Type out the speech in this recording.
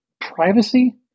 privacy